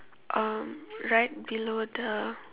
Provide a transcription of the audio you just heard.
um right below the